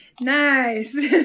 Nice